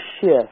shift